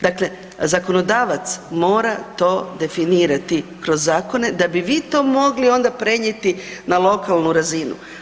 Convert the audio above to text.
Dakle, zakonodavac mora to definirati kroz zakone da bi vi to mogli onda prenijeti na lokalnu razinu.